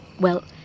well,